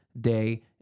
day